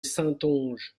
saintonge